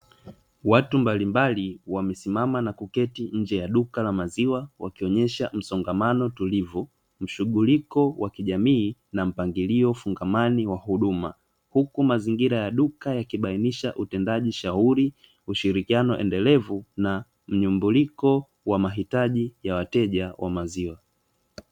Watu mbalimbali wamesimama na kuketi nje ya duka la maziwa wakionyesha msongamano tulivu, mshughuliko wa kijamii na mpangilio fungamani wa huduma huku mazingira ya duka yakibainisha utendaji shauri, ushirikiano endelevu na mnyumbuliko wa mahitaji ya wateja wa maziwa.